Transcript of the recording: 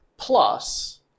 plus